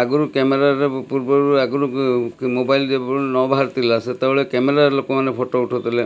ଆଗରୁ କ୍ୟାମେରାରେ ପୂର୍ବରୁ ଆଗରୁ ମୋବାଇଲ୍ ଯେପର୍ଯ୍ୟନ୍ତ ନ ବାହାରିଥିଲା ସେତବେଳେ କ୍ୟାମେରାରେ ଲୋକମାନେ ଫଟୋ ଉଠଉଥିଲେ